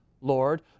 Lord